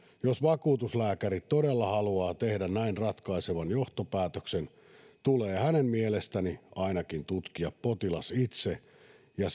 jos vakuutuslääkäri todella haluaa tehdä näin ratkaisevan johtopäätöksen tulee hänen mielestäni ainakin tutkia potilas itse ja